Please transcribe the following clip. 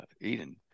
Eden